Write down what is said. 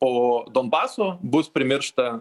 po donbaso bus primiršta